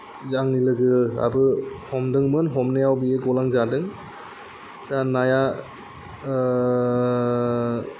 जा आंनि लोगोआबो हमदोंमोन हमनायाव बियो गलांजादों दा नाया